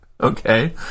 Okay